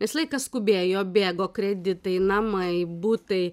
visą laiką skubėjo bėgo kreditai namai butai